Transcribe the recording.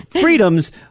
Freedoms